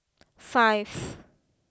five